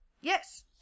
Yes